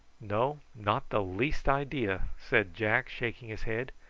no, not the least idea, said jack, shaking his head.